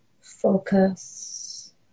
Focus